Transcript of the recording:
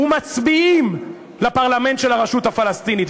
ומצביעים לפרלמנט של הרשות הפלסטינית,